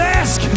ask